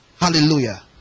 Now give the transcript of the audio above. hallelujah